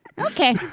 Okay